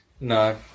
no